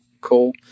cool